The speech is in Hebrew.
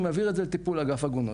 הוא מעביר את זה לטיפול אגף עגונות.